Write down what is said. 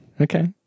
Okay